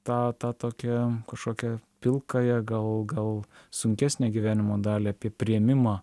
tą tą tokią kažkokią pilkąją gal gal sunkesnę gyvenimo dalį apie priėmimą